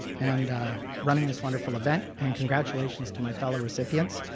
and running this wonderful event. and congratulations to my fellow recipients.